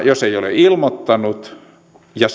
jos ei ole ilmoittanut ja